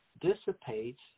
dissipates